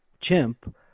chimp